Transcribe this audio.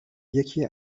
یکی